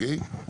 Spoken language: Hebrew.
אוקיי?